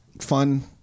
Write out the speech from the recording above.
fun